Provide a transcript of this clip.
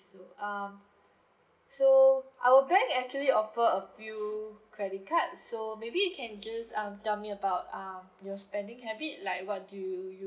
so um so our bank actually offer a few credit card so maybe you can just um tell me about um your spending habit like what do you you